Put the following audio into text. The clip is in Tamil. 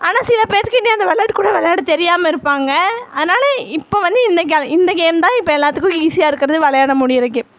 ஆனால் சில பேற்றுக்கு இனியும் அந்த விளையாட்டு கூட விளையாட தெரியாமல் இருப்பாங்க அதனால இப்போ வந்து இந்த கே இந்த கேம் தான் இப்போ எல்லாத்துக்கும் ஈஸியாக இருக்கிறது விளையாட முடியுற கேம்